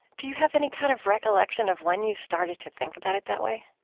do you have any kind of recollection of when you started to think about it that way?